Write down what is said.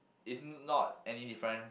is not any difference